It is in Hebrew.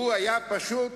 הוא היה פשוט